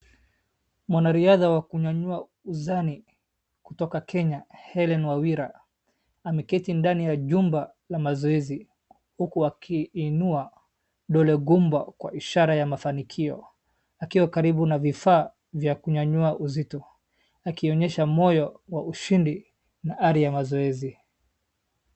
Mwanariadha wa kunyanyua uzani kutoka Kenya Hellen Wawira ameketi ndani ya jumba la mazoezi huku akiinua dole gumba kwa ishara ya mafanikio akiwa karibu na vifaa vya kunyanyua uzito. Akionyesha moyo wa ushindi na ari ya mazoezi.